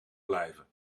blijven